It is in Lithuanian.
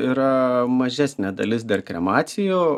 yra mažesnė dalis dar kremacijų